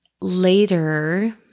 later